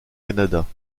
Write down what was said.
canada